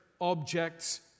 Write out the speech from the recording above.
objects